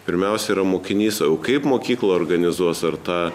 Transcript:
pirmiausia yra mokinys o jau kaip mokykla organizuos ar tą